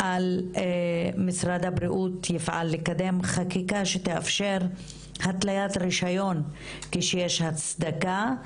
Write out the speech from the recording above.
על כך שמשרד הבריאות יפעל לקדם חקיקה שתאפשר התליית רישיון כשיש הצדקה.